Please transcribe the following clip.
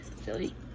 silly